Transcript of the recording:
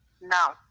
now